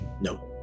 no